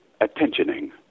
attentioning